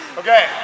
okay